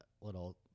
little